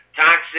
Toxic